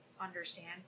understand